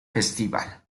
festival